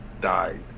Died